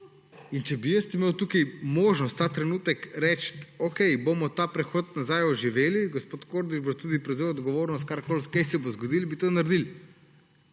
Če bi jaz imel tukaj možnost ta trenutek reči, okej, bomo ta prehod nazaj oživeli, gospod Kordiš bo tudi prevzel odgovornost, karkoli se bo zgodilo, bi to naredili.